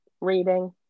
Reading